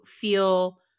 feel